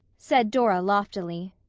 said dora loftily.